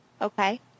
Okay